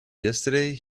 yesterday